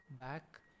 back